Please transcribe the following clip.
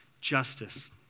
justice